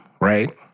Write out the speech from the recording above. right